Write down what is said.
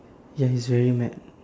ya he's very mad